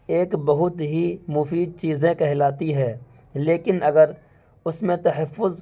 ایک بہت ہی مفید چیزیں کہلاتی ہے لیکن اگر اس میں تحَفُّظ